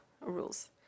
rules